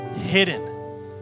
hidden